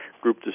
group